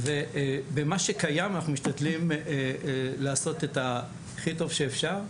ובמה שקיים אנחנו משתדלים לעשות את הכי טוב שאפשר,